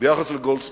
ביחס לגולדסטון.